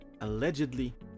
allegedly